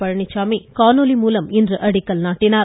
பழனிச்சாமி காணொலி மூலம் இன்று அடிக்கல் நாட்டினார்